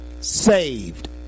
saved